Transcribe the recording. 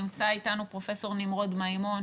נמצא איתנו פרופ' נמרוד מימון.